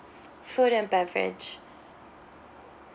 food and beverage